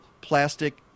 plastic